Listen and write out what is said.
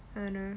I don't know